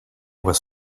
was